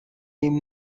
این